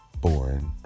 born